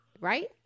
Right